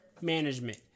management